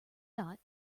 got